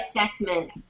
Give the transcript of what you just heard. assessment